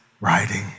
writing